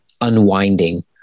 unwinding